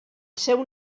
seu